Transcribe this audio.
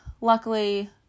luckily